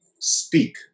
speak